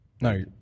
No